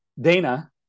Dana